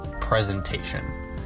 presentation